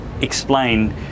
explain